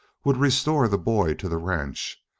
would restore the boy to the ranch,